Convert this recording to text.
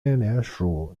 莲属